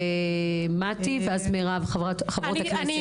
מטי, ואז מירב, חברות הכנסת.